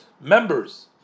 members